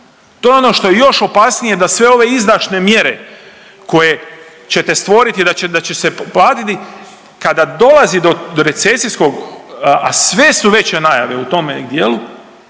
to je ono što je još opasnije da sve ove izdašne mjere koje ćete stvoriti da će se platiti kada dolazi do recesijskog, a sve su veće najave u tome dijelu